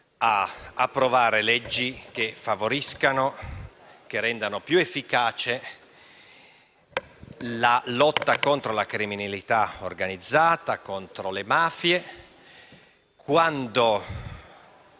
ad approvare leggi volte a favorire e rendere più efficace la lotta contro la criminalità organizzata, contro le mafie